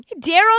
Daryl